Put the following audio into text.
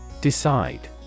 Decide